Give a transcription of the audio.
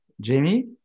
jamie